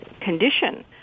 condition